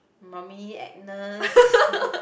mummy Agnes